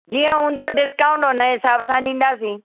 जीअं हूंदो डिस्काउंट हुन जे हिसाब सां ॾींदासीं